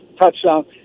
touchdown